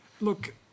Look